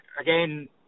again